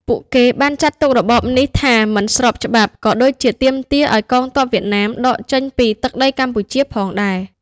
ពួកគេបានចាត់ទុករបបនេះថាមិនស្របច្បាប់ ក៏ដូចជាទាមទារឱ្យកងទ័ពវៀតណាមដកចេញពីទឹកដីកម្ពុជាផងដែរ។